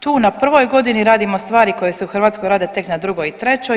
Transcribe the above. Tu na prvoj godini radimo stvari koje se u Hrvatskoj rade tek na drugoj i trećoj.